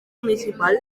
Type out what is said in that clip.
municipal